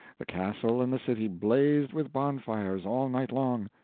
the castle and the city blazed with bonfires all night long,